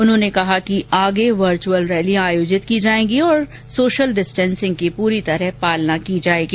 उन्होंने कहा कि आगे वर्च्यअल रैलियां आयोजित की जायेगी और सोशल डिस्टेंसिंग की पूरी तरह पालना की जायेगी